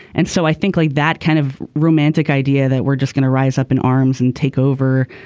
and so i think like that kind of romantic idea that we're just going to rise up in arms and take over.